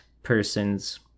person's